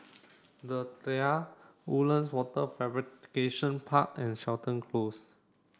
the Tiara Woodlands Wafer Fabrication Park and Seton Close